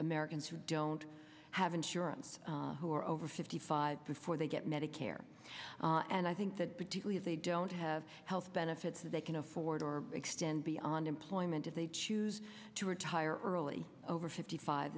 americans who don't have insurance who are over fifty five before they get medicare and i think that particularly they don't have health benefits that they can afford or extend beyond employment if they choose to retire early over fifty five